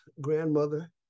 grandmother